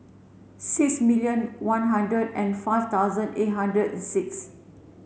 six million one hundred and five thousand eight hundred and six